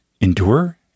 endure